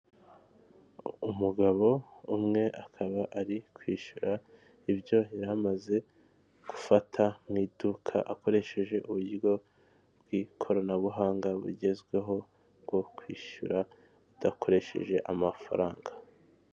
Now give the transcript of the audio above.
Umugabo umwe akaba ari kwishyura ibyo yari amaze gufata mu iduka akoresheje uburyo bw'ikoranabuhanga bugezweho bwo kwishyura budakoresheje amafaranga.